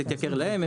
אז התייקר להם,